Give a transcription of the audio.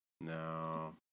No